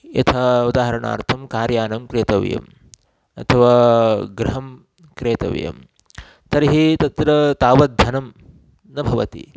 यथा उदाहरणार्थं कार् यानं क्रेतव्यम् अथवा गृहं क्रेतव्यं तर्हि तत्र तावद्धनं न भवति